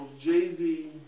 Jay-Z